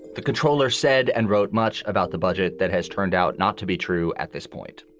the comptroller said and wrote much about the budget that has turned out not to be true at this point.